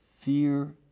fear